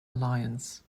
alliance